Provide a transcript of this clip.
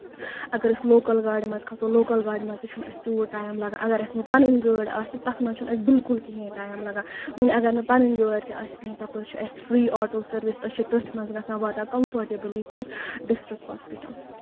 اَگر أسۍ لوکَل گاڑِ منٛز کھسو لوکَل گاڑِ منٛز تہِ چھُ نہٕ اَسہِ تیوٗت ٹایم لگان اَگر وۄنۍ اَسہِ پَنٕنۍ گٲڑۍ آسہِ تَتھ منٛز چھُنہٕ اَسہِ بِلکُل کِہینۍ ٹایم لگان وۄنۍ اَگر نہٕ پَنٕنۍ گٲڑۍ تہِ آسہِ کِہینۍ تَپٲرۍ چھُ اَسہِ فری آٹۄ سٔروِس أسۍ چھِ تٔتھۍ منٛز گژھان واتان کَمفٲرٹِبٔلی کوٚت ڈِسٹرک ہوسپِٹل